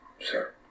Sir